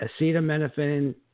acetaminophen